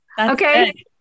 okay